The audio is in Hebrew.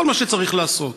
כל מה שצריך לעשות.